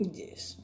yes